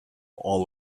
all